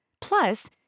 Plus